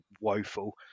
woeful